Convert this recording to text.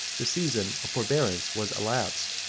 the season of forbearance was elapsed,